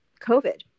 COVID